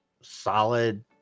solid